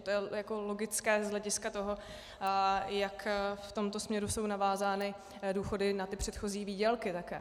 To je logické z hlediska toho, jak v tomto směru jsou navázány důchody na ty předchozí výdělky také.